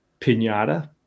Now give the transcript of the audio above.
pinata